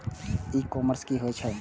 ई commerce की होय छेय?